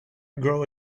grow